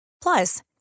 Plus